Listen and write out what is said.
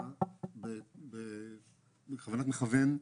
בכוונת מכוון,